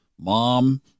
mom